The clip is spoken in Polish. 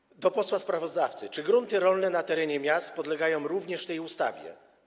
Pytanie do posła sprawozdawcy: Czy grunty rolne na terenie miast podlegają również tej ustawie?